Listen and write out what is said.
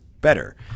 better